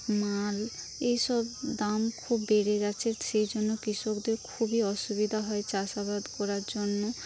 মাল এইসব দাম খুব বেড়ে গেছে সেই জন্য কৃষকদের খুবই অসুবিধা হয় চাষাবাদ করার জন্য